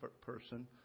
person